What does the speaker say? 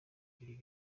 bibiri